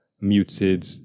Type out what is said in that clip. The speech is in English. muted